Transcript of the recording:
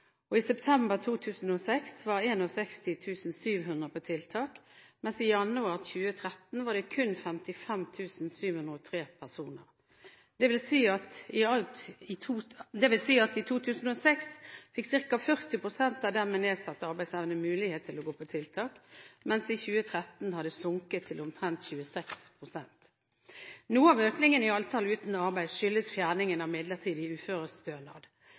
190. I september 2006 var 61 700 på tiltak, mens i januar 2013 var det kun 55 703 personer. Det vil si at i 2006 fikk ca. 40 pst. av dem med nedsatt arbeidsevne mulighet til å gå på tiltak, mens i 2013 har dette tallet sunket til omtrent 26 pst. Noe av økningen i antallet uten arbeid skyldes fjerningen av midlertidig